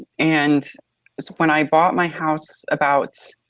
and so when i bought my house about